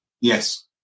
Yes